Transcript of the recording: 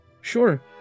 sure